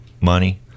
money